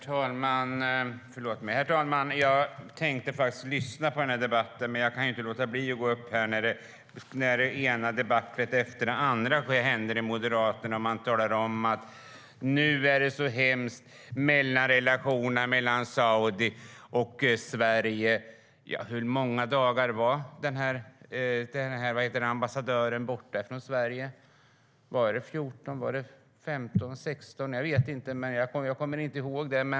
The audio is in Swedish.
Herr talman! Jag tänkte först lyssna på debatten, men jag kan inte låta bli att gå upp i talarstolen när det ena debaclet efter det andra tas upp av Moderaterna. Man talar om att det är så hemskt i relationerna mellan Saudiarabien och Sverige. Hur många dagar var ambassadören borta från Sverige? Var det 14, 15 eller 16 dagar? Jag vet inte. Jag kommer inte ihåg.